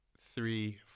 three